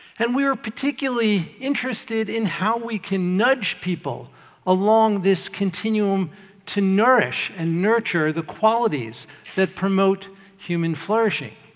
and we're particularly interested in how we can nudge people along this continuum to nourish and nurture the qualities that promote human flourishing.